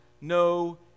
no